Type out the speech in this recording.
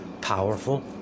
powerful